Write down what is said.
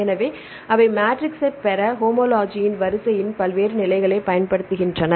எனவே அவை மேட்ரிக்ஸைப் பெற ஹோமோலஜியின் வரிசையின் பல்வேறு நிலைகளைப் பயன்படுத்துகின்றன